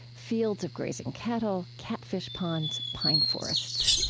fields of grazing cattle, catfish ponds, pine forests.